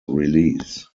release